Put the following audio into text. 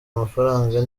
amafaranga